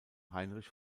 heinrich